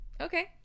okay